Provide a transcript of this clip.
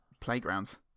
playgrounds